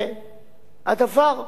והדבר,